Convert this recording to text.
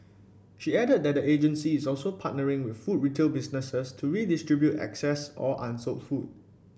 she added that the agency is also partnering with food retail businesses to redistribute excess or unsold food